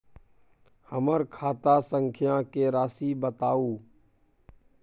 हमर खाता संख्या के राशि बताउ